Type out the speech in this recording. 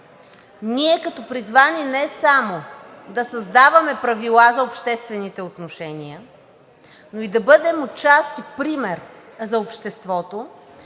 ние като призвани не само да създаваме правила за обществените отношения, но и да бъдем отчасти пример за обществото,